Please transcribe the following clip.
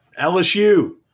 LSU